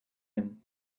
him